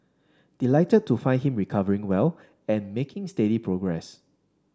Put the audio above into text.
delighted to find him recovering well and making steady progress